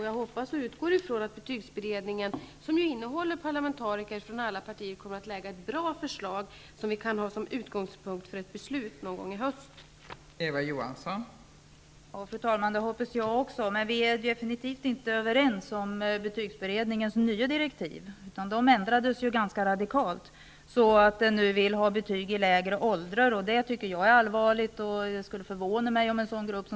Jag hoppas att vi kan utgå ifrån att betygsberedningen, som innehåller parlamentariker från alla partier, kommer att lägga fram ett bra förslag, som vi kan ha som underlag för ett beslut någon gång i höst.